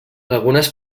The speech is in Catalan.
algunes